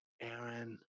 Aaron